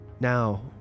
Now